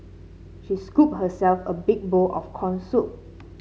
she scooped herself a big bowl of corn soup